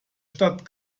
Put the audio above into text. stadt